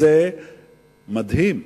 זה מדהים.